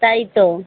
তাই তো